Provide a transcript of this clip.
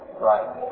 Right